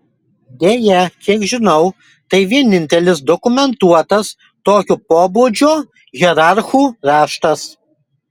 deja kiek žinau tai vienintelis dokumentuotas tokio pobūdžio hierarchų raštas